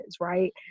right